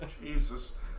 Jesus